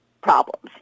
problems